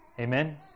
Amen